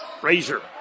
Frazier